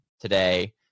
today